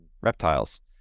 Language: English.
reptiles